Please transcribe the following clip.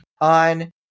on